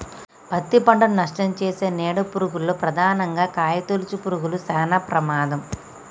పత్తి పంటను నష్టంచేసే నీడ పురుగుల్లో ప్రధానంగా కాయతొలుచు పురుగులు శానా ప్రమాదం